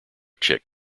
chick